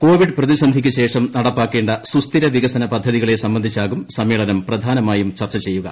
Covid പ്രതിസന്ധിക്ക് ശേഷം നടപ്പാക്കേണ്ട സുസ്ഥിര വികസന പദ്ധതികളെ സംബന്ധിച്ചാകും സമ്മേളനം പ്രധാനമായും ചർച്ച ചെയ്യുക